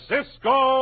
Cisco